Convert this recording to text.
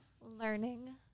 learning